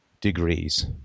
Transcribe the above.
degrees